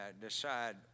decide